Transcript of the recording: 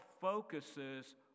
focuses